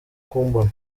kumbona